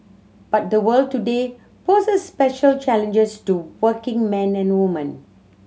but the world today poses special challenges to working men and woman